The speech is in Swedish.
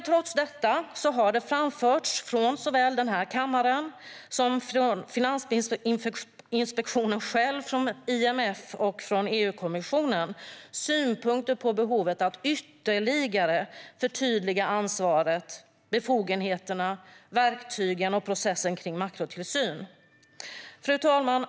Trots detta har det såväl från denna kammare som från Finansinspektionen, IMF och EU-kommissionen framförts synpunkter på behovet av att ytterligare förtydliga ansvaret, befogenheterna, verktygen, och processen kring makrotillsyn. Fru talman!